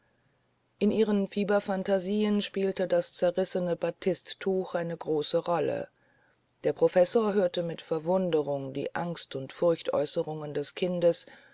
in ihren fieberphantasien spielte das zerrissene batisttuch eine große rolle der professor hörte mit verwunderung die angst und furchtäußerungen des kindes